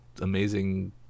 amazing